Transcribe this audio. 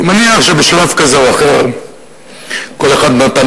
אני מניח שבשלב כזה או אחר כל אחד נתן